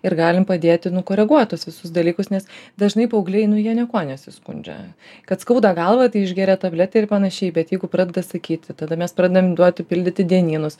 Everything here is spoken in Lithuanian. ir galim padėti nu koreguot tuos visus dalykus nes dažnai paaugliai nu jie niekuo nesiskundžia kad skauda galvą tai išgeria tabletę ir panašiai bet jeigu pradeda sakyti tada mes pradedam duoti pildyti dienynus